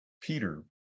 Peter